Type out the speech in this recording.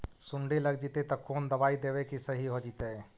सुंडी लग जितै त कोन दबाइ देबै कि सही हो जितै?